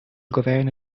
governo